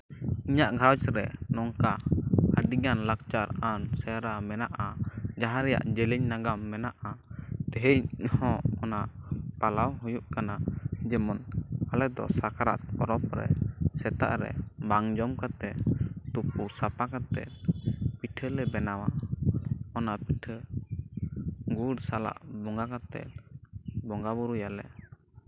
ᱤᱧᱟᱹᱜ ᱜᱷᱟᱨᱚᱸᱡᱽ ᱨᱮ ᱱᱚᱝᱠᱟᱱ ᱟᱹᱰᱤᱜᱟᱱ ᱞᱟᱠᱪᱟᱨᱟᱱ ᱥᱮᱨᱣᱟ ᱢᱮᱱᱟᱜᱼᱟ ᱡᱟᱦᱟᱸ ᱨᱮᱭᱟᱜ ᱡᱮᱞᱮᱧ ᱱᱟᱜᱟᱢ ᱢᱮᱱᱟᱜᱼᱟ ᱛᱮᱦᱮᱧ ᱦᱚᱸ ᱚᱱᱟ ᱯᱟᱞᱟᱣ ᱦᱩᱭᱩᱜ ᱠᱟᱱᱟ ᱡᱮᱢᱚᱱ ᱟᱞᱮ ᱫᱚ ᱥᱟᱠᱨᱟᱛ ᱯᱚᱨᱚᱵᱽ ᱨᱮ ᱥᱮᱛᱟᱜ ᱨᱮ ᱵᱟᱝ ᱡᱚᱢ ᱠᱟᱛᱮᱫ ᱛᱩᱯᱩ ᱥᱟᱯᱷᱟ ᱠᱟᱛᱮᱫ ᱯᱤᱴᱷᱟᱹᱞᱮ ᱵᱮᱱᱟᱣᱟ ᱚᱱᱟ ᱯᱤᱴᱷᱟᱹ ᱜᱩᱲ ᱥᱟᱞᱟᱜ ᱵᱚᱸᱜᱟ ᱠᱟᱛᱮᱫ ᱵᱚᱸᱜᱟᱼᱵᱩᱨᱩᱭᱟᱞᱮ